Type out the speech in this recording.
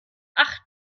acht